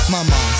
Mama